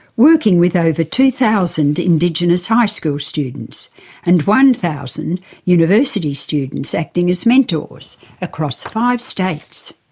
working with over two thousand indigenous high school students and one thousand university students acting as mentors across five states